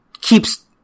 keeps